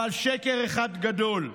אבל שקר אחד גדול.